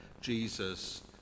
Jesus